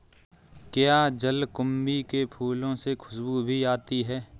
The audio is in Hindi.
क्या जलकुंभी के फूलों से खुशबू भी आती है